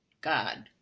god